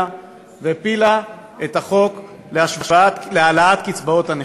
והפילה את החוק להעלאת קצבאות הנכים.